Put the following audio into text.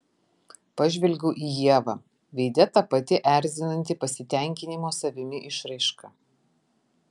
pažvelgiau į ievą veide ta pati erzinanti pasitenkinimo savimi išraiška